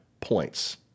points